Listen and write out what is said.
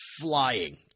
flying